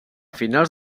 finals